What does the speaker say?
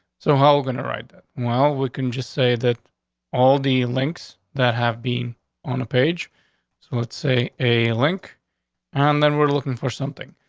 so how gonna right? well, we can just say that all the links that have bean on a page so let's say a link and then we're looking for something.